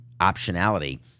optionality